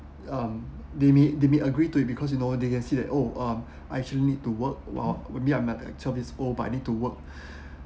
um they may they may agree to it because you know they can see that oh um I actually need to work while maybe I'm uh twelve years old but I need to work